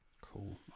cool